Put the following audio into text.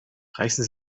reißen